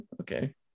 Okay